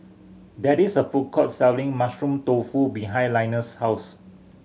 there is a food court selling Mushroom Tofu behind Linus' house